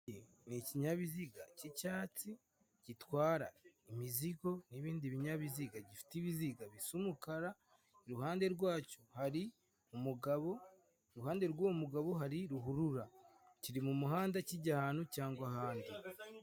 Ni kinyabiziga cy'icyatsi gitwara imizigo n'ibindi binyabiziga, gifite ibiziga bisa umukara iruhande rwacyo hari umugabo iruhande rw'uwo mugabo hari ruhurura kiri mu muhanda kijya ahantu cyangwa ahandi.